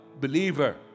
believer